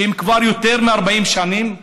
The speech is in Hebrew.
שהם כבר יותר מ-40 שנים?